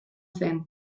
zen